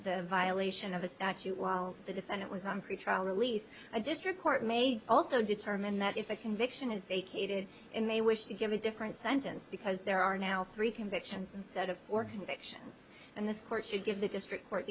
the violation of the statute while the defendant was on pretrial release a district court made also determined that if a conviction is a kid and they wish to give a different sentence because there are now three convictions instead of four convictions and this court should give the district court